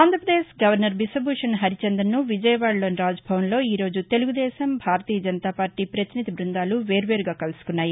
Andhra Pradesh governor Biswabhusan Harichandan సు విజయవాడలోని రాజ్భవన్లో ఈరోజు తెలుగుదేశం భారతీయ జనతా పార్లీ ప్రతినిధి బ్బందాలు వేర్వేరుగా కలుసుకున్నాయి